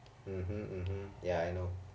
(uh huh) (uh huh) ya I know